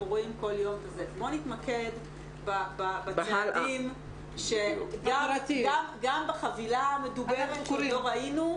בוא נתמקד בצעדים שגם בחבילה המדוברת שעוד לא ראינו,